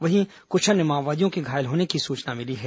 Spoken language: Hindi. वहीं कुछ अन्य माओवादियों के घायल होने की सूचना मिली है